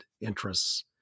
interests